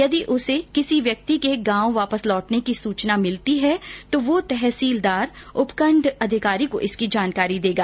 यदि उसे किसी व्यक्ति के गांव वापस लौटने की सुचना मिलती है तो वह तहसीलदार तथा उपखण्ड अधिकारी को इसकी जानकारी देगा